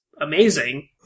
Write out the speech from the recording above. amazing